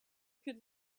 could